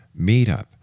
meetup